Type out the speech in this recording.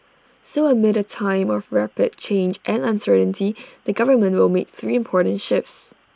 so amid A time of rapid change and uncertainty the government will make three important shifts